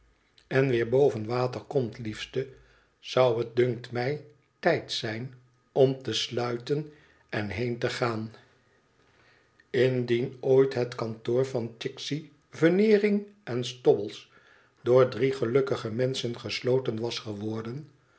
water komt liefste zou het dunkt mij tijd zijn om te sluiten en heen te gaan indien ooit het kantoor van chicksey yeneering en stobbles door drie gelukkige menschen gesloten was geworden